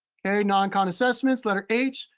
okay, non-khan assessments, letter h,